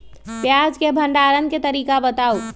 प्याज के भंडारण के तरीका बताऊ?